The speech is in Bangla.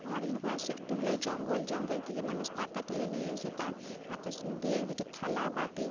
আমাদের এখানে প্রধান সেক্টর হল জঙ্গল জঙ্গল থেকে মানুষ পাতা তুলে নিয়ে এসে তার পাতা দিয়ে হচ্ছে থালা বাটি